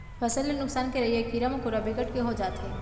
फसल ल नुकसान करइया कीरा मकोरा बिकट के हो जाथे